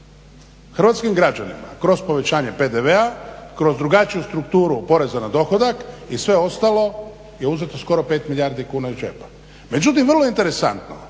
Hrvatskim građanima kroz povećanje PDV-a, kroz drugačiju strukturu poreza na dohodak i sve ostalo je uzeto skoro 5 milijardi kuna iz džepa. Međutim vrlo interesantno,